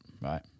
right